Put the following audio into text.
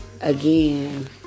again